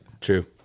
True